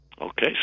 Okay